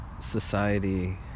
Society